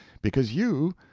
because you,